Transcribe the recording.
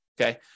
Okay